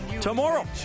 tomorrow